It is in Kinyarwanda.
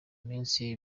iminsi